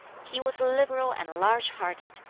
he was liberal and large-hearted,